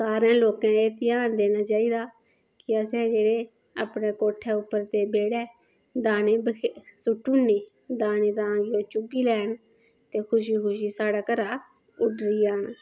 सारे लोकें गी एह् घ्यान देना चाहिदा कि असें कि अपने कोठे उप्पर ते बेह्डे़ दाने बखेरी सु'ट्टी ओड़ने दाने दाने चुग्गी लैन ते खुशी खुशी साढ़ा घरा उड्डरी जान